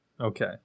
Okay